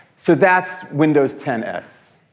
so that's windows ten s.